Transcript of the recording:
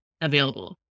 available